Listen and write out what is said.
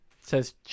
says